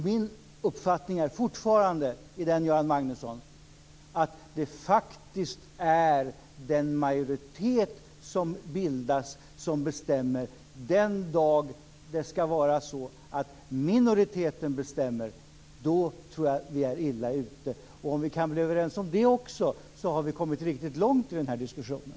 Min uppfattning är fortfarande, Göran Magnusson, att det faktiskt är den majoritet som bildas som bestämmer. Den dag då det skall vara så att minoriteten bestämmer tror jag att vi är illa ute. Om vi kan bli överens om det också så har vi kommit riktigt långt i den här diskussionen.